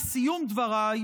לסיום דבריי,